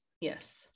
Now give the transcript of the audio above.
Yes